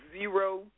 zero